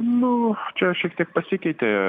nu čia šiek tiek pasikeitė